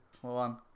one